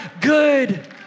good